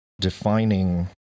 defining